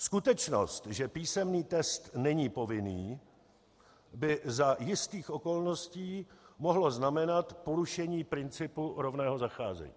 Skutečnost, že písemný test není povinný, by za jistých okolností mohla znamenat porušení principu rovného zacházení.